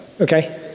okay